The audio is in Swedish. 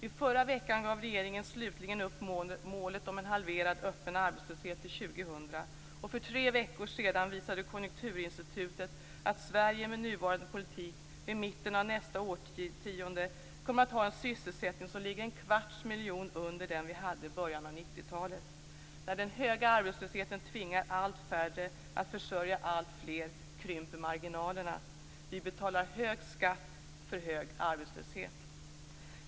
I förra veckan gav regeringen slutligen upp målet om en halverad öppen arbetslöshet till 2000. För tre veckor sedan visade Konjunkturinstitutet att Sverige med nuvarande politik vid mitten av nästa årtionde kommer att ha en sysselsättning som ligger en kvarts miljon under den vi hade i början av 1990-talet. När den höga arbetslösheten tvingar allt färre att försörja alltfler krymper marginalerna. Vi betalar hög skatt för hög arbetslöshet.